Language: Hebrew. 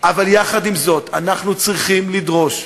אבל יחד עם זאת, אנחנו צריכים לדרוש,